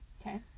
Okay